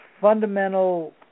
fundamental